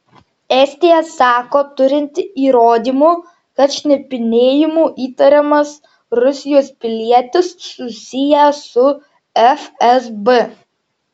estija sako turinti įrodymų kad šnipinėjimu įtariamas rusijos pilietis susijęs su fsb